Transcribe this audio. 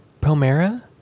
Pomera